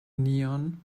neon